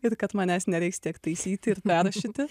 ir kad manęs nereiks tiek taisyti ir perrašyti